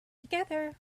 together